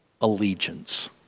allegiance